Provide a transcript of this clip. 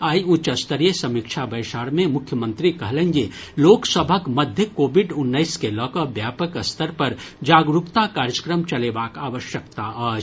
आइ उच्चस्तरीय समीक्षा बैसार मे मुख्यमंत्री कहलनि जे लोक सभक मध्य कोविड उन्नैस के लऽकऽ व्यापक स्तर पर जागरूकता कार्यक्रम चलेबाक आवश्यकता अछि